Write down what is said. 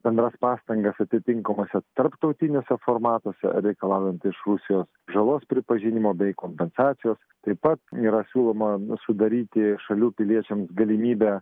bendras pastangas atitinkamuose tarptautiniuose formatuose reikalaujant iš rusijos žalos pripažinimo bei kompensacijos taip pat yra siūloma sudaryti šalių piliečiams galimybę